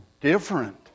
different